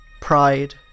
Pride